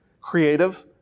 creative